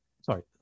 sorry